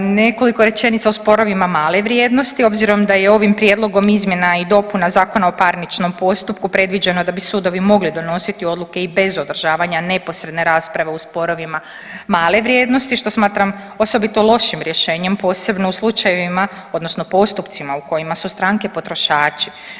Nekoliko rečenica o sporovima male vrijednosti obzirom da je ovim prijedloga izmjena i dopuna Zakona o parničnom postupku predviđeno da bi sudovi mogli donositi odluke i bez održavanja neposredne rasprave u sporovima male vrijednosti što smatram osobito lošim rješenjem posebno u slučajevima odnosno postupcima u kojima su stranke potrošači.